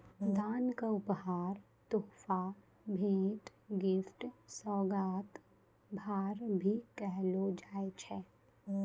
दान क उपहार, तोहफा, भेंट, गिफ्ट, सोगात, भार, भी कहलो जाय छै